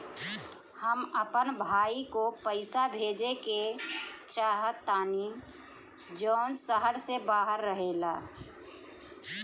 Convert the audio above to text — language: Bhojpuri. हम अपन भाई को पैसा भेजे के चाहतानी जौन शहर से बाहर रहेला